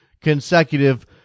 consecutive